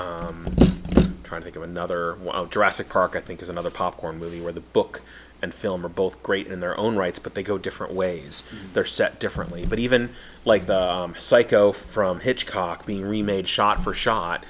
film trying to get another drastic park i think is another popcorn movie where the book and film are both great in their own rights but they go different ways they're set differently but even like the psycho from hitchcock being remade shot for shot